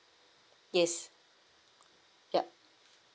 yes yup